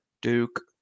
Duke